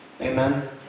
Amen